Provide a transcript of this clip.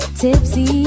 tipsy